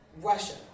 Russia